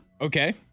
Okay